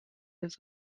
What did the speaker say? his